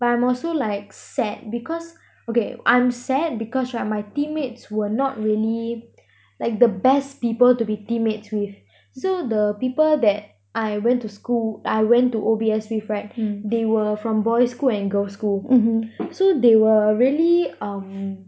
but I'm also like sad because okay I'm sad because right my team mates were not really like the best people to be team mates with so the people that I went to school like I went to O_B_S with right they were from boys' school and girls' school so they were really um